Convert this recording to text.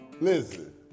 Listen